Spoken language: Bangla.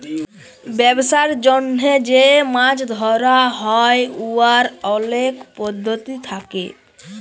ব্যবসার জ্যনহে যে মাছ ধ্যরা হ্যয় উয়ার অলেক পদ্ধতি থ্যাকে